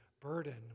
burden